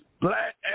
black